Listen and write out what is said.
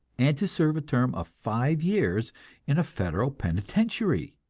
and to serve a term of five years in a federal penitentiary.